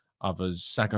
others